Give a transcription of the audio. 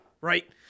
Right